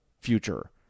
future